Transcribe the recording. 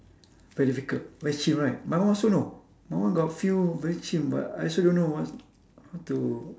very difficult very chim right my one also know my one got few very chim but I also don't know what how to